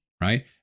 right